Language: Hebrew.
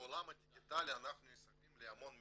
בעולים הדיגיטלי אנחנו נחשפים להמון מידע,